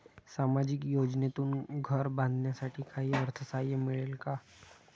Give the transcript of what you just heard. सामाजिक योजनेतून घर बांधण्यासाठी काही अर्थसहाय्य मिळेल का?